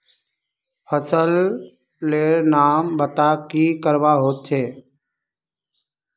फसल लेर नाम बता की करवा होचे?